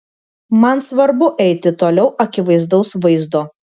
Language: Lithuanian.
man svarbu eiti toliau akivaizdaus vaizdo